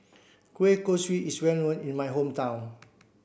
Kueh Kosui is well known in my hometown